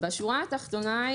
השורה התחתונה,